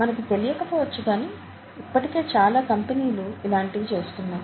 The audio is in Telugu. మనకి తెలియకపోవచ్చు కానీ ఇప్పటికే చాలా కంపెనీలు ఇలాంటి వి చేస్తున్నాయి